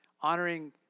honoring